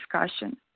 discussion